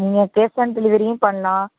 நீங்கள் cash on டெலிவரியும் பண்ணலாம்